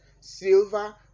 silver